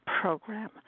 program